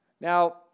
Now